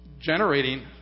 generating